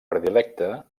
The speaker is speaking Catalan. predilecte